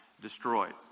destroyed